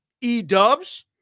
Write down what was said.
E-dubs